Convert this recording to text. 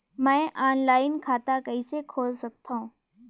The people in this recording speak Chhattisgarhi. मैं ऑनलाइन खाता कइसे खोल सकथव?